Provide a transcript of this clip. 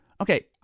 Okay